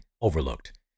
overlooked